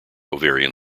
ovarian